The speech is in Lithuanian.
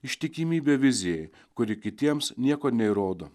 ištikimybė vizijai kuri kitiems nieko neįrodo